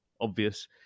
obvious